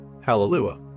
Hallelujah